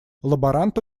лаборанта